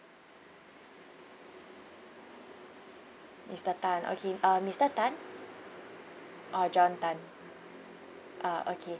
mister tan okay uh mister tan orh john tan orh okay